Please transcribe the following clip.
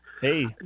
hey